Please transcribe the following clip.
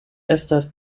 estas